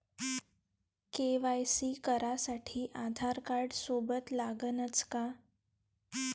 KYC करासाठी आधारकार्ड सोबत लागनच का?